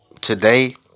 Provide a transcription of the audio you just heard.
today